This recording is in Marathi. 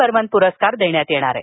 बर्मन पुरस्कार देण्यात येणार आहे